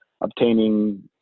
obtaining